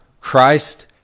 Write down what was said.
christ